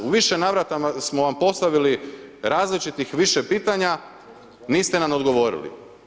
U više navrata smo vam postavili različitih više pitanja, niste nam odgovorili.